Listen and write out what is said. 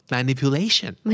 Manipulation